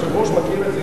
היושב-ראש מכיר את זה,